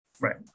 Right